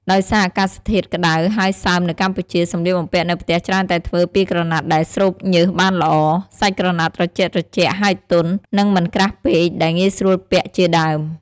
ដោយសារអាកាសធាតុក្ដៅហើយសើមនៅកម្ពុជា សម្លៀកបំពាក់នៅផ្ទះច្រើនតែធ្វើពីក្រណាត់ដែលស្រូបញើសបានល្អ សាច់ក្រណាត់ត្រជាក់ៗហើយទន់ និងមិនក្រាស់ពេក ដែលងាយស្រួលពាក់ ជាដើម។